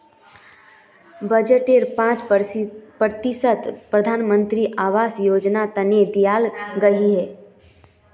बजटेर पांच प्रतिशत प्रधानमंत्री आवास योजनार तने दियाल गहिये